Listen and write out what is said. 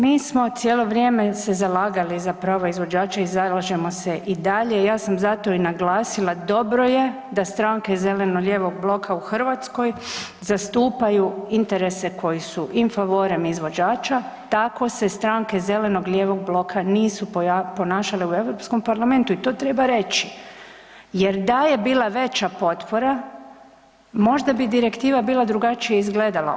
Mi smo cijelo vrijeme se zalagali za prava izvođača i zalažemo se i dalje, ja sam zato i naglasila da stranke zeleno-lijevog bloka u Hrvatskoj zastupaju interese koji su in fanvorem izvođača tako se stranke zeleno-lijevog bloka nisu ponašale u Europskom parlamentu i to treba reći, jer da je bila veća potpora možda bi direktiva bila drugačije izgledala.